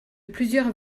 plusieurs